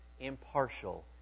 impartial